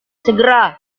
segera